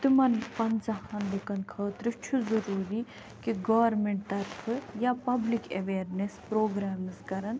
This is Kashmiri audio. تِمَن پَنٛژہَان لوکَن خٲطرٕ چھُ ضٔروٗری کہِ گورمیٚنٛٹ طرفہٕ یا پَبلِک ایٚویرنیٚس پرٛوگرامٕز کَرَن